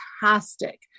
fantastic